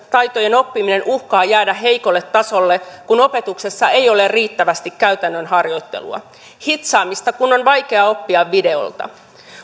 taitojen oppiminen uhkaa jäädä heikolle tasolle kun opetuksessa ei ole riittävästi käytännön harjoittelua hitsaamista kun on vaikea oppia videolta